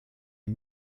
est